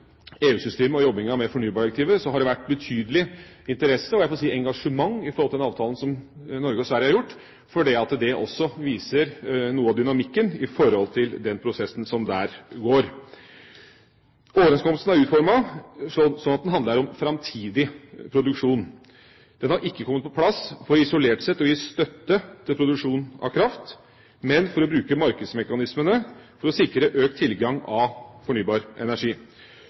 og jobbingen med fornybardirektivet har det vært betydelig interesse og engasjement med tanke på den avtalen som Norge og Sverige har gjort. Det viser også noe av dynamikken i den prosessen som går. Overenskomsten er utformet slik at den handler om framtidig produksjon. Den har ikke kommet på plass for isolert sett å gi støtte til produksjon av kraft, men for å bruke markedsmekanismene til å sikre økt tilgang av fornybar energi.